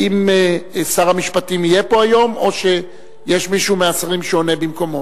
האם שר המשפטים יהיה פה היום או שיש מישהו מהשרים שעונה במקומו?